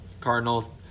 Cardinals